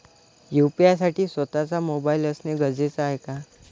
UPI साठी स्वत:चा mobile असणे गरजेचे आहे का?